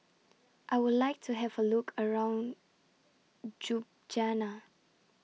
I Would like to Have A Look around